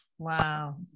Wow